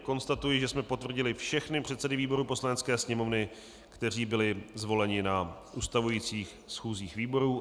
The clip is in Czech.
Konstatuji, že jsme potvrdili všechny předsedy výborů Poslanecké sněmovny, kteří byli zvoleni na ustavujících schůzích výborů.